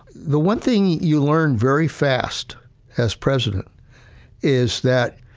the one thing you learn very fast as president is that,